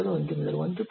91 முதல் 1